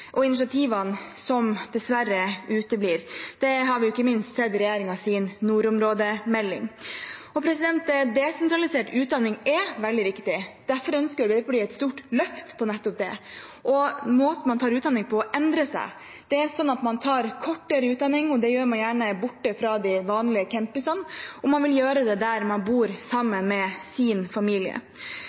initiativene uteblir dessverre. Det har vi ikke minst sett i regjeringens nordområdemelding. Desentralisert utdanning er veldig viktig. Derfor ønsker Arbeiderpartiet et stort løft på nettopp det. Måten man tar utdanning på, endrer seg. Man tar kortere utdanning, og man gjør det gjerne borte fra de vanlige campusene. Man vil gjøre det der man bor med sin familie.